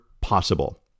possible